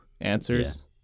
Answers